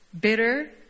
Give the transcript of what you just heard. bitter